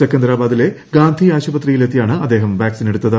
സെക്കന്തരാബാദിലെ ഗാന്ധി ആശുപത്രിയിൽ എത്തിയാണ് അദ്ദേഹം വാക്സിൻ എടുത്തത്